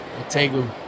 tegu